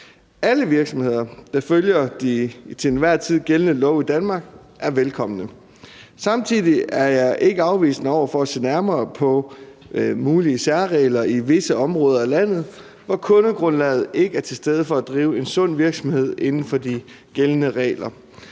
Alle virksomheder, der følger de til enhver tid gældende love i Danmark, er velkomne. Samtidig er jeg ikke afvisende over for at se nærmere på mulige særregler i visse områder af landet, hvor kundegrundlaget for at drive en sund virksomhed inden for de gældende regler